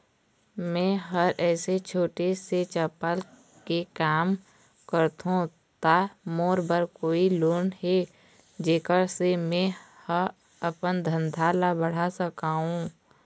मैं हर ऐसे छोटे से चप्पल के काम करथों ता मोर बर कोई लोन हे जेकर से मैं हा अपन धंधा ला बढ़ा सकाओ?